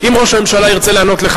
אם ראש הממשלה ירצה לענות לך,